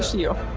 you